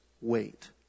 wait